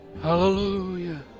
hallelujah